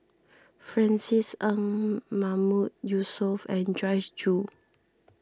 Francis Ng Mahmood Yusof and Joyce Jue